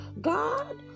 God